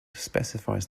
specifies